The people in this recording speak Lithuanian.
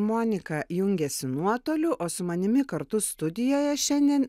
monika jungiasi nuotoliu o su manimi kartu studijoje šiandien